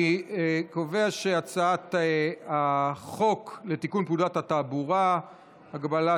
אני קובע שהצעת החוק לתיקון פקודת התעבורה (הגבלת